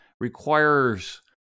Requires